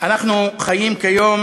אנחנו חיים כיום